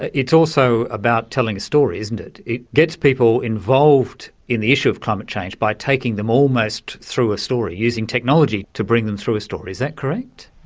it's also about telling story, isn't it. it gets people involved in the issue of climate change by taking them almost through a story, using technology to bring them through a story. is that correct?